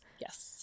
yes